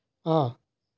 অঁ